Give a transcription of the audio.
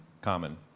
Common